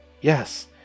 Yes